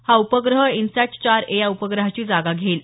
हा उपग्रह इनसॅट चार ए या उपग्रहाची जागा घेईल